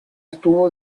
estuvo